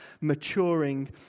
maturing